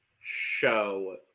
show